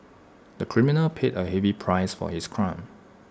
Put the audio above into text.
the criminal paid A heavy price for his crime